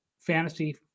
fantasy